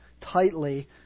tightly